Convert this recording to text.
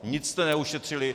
Nic jste neušetřili.